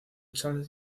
charles